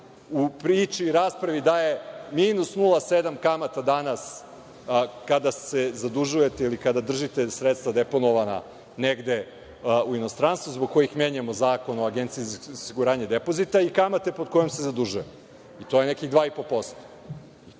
u priči i raspravi da je minus 0,7% kamata danas kada se zadužujete ili kada držite sredstva deponovana negde u inostranstvu zbog kojih menjamo zakon o Agenciji za osiguranje depozita i kamata pod kojom se zadužujemo. To je nekih 2,5%,